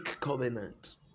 covenant